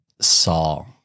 saw